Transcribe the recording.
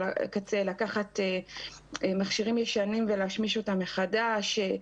לקחת מכשירים ישנים ולהשמיש אותם מחדש,